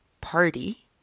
party